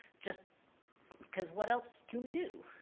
just because what else can we do?